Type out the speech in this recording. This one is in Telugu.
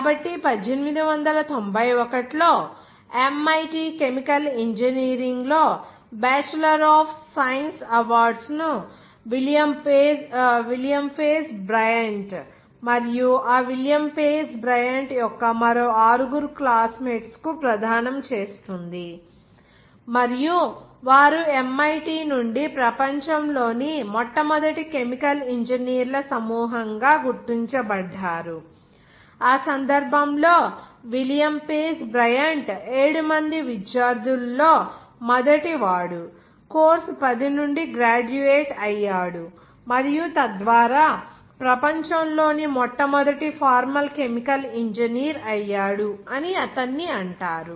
కాబట్టి 1891 లో MIT కెమికల్ ఇంజనీరింగ్లో బ్యాచలర్ ఆఫ్ సైన్స్ అవార్డ్స్ ను విలియం పేజ్ బ్రయంట్ మరియు ఆ విలియం పేజ్ బ్రయంట్ యొక్క మరో ఆరుగురు క్లాస్మేట్లకు ప్రదానం చేస్తుంది మరియు వారు MIT నుండి ప్రపంచం లోని మొట్టమొదటి కెమికల్ ఇంజనీర్ల సమూహంగా గుర్తించబడ్డారు ఆ సందర్భంలో విలియం పేజ్ బ్రయంట్ 7 మంది విద్యార్థులలో మొదటివాడు కోర్సు 10 నుండి గ్రాడ్యుయేట్ అయ్యాడు మరియు తద్వారా ప్రపంచం లోని మొట్టమొదటి ఫార్మల్ కెమికల్ ఇంజనీర్ అయ్యాడు అని అతన్ని అంటారు